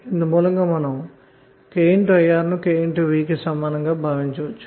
ఇందుమూలంగా మనము K I R ను K V కి సమానంగా భావించవచ్చు